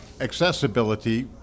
accessibility